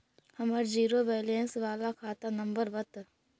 हमर zero balance बाला खाता नम्बर बत?